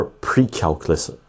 pre-calculus